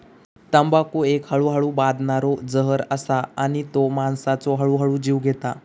तंबाखू एक हळूहळू बादणारो जहर असा आणि तो माणसाचो हळूहळू जीव घेता